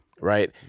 right